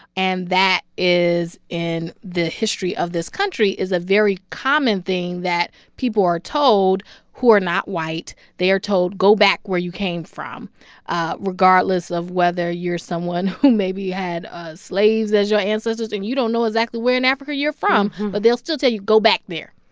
and that, in the history of this country, is a very common thing that people are told who are not white. they are told, go back where you came from ah regardless of whether you're someone who maybe had ah slaves as your ancestors and you don't know exactly where in africa you're from. but they'll still tell you, go back there.